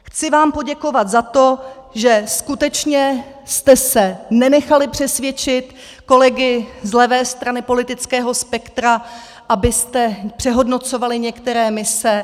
Chci vám poděkovat za to, že skutečně jste se nenechali přesvědčit kolegy z levé strany politického spektra, abyste přehodnocovali některé mise.